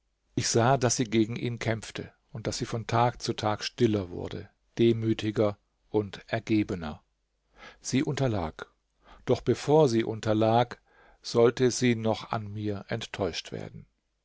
ich sah daß sie gegen ihn kämpfte und daß sie von tag zu tag stiller wurde demütiger und ergebener sie unterlag doch bevor sie unterlag sollte sie noch an mir enttäuscht werden